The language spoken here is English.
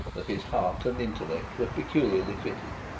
that his heart and intellect were peculiarly fitted.